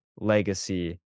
Legacy